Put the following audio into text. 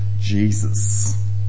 Jesus